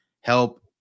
help